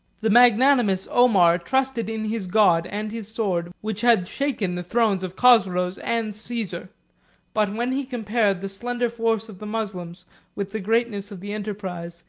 the magnanimous omar trusted in his god and his sword, which had shaken the thrones of chosroes and caesar but when he compared the slender force of the moslems with the greatness of the enterprise,